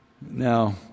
Now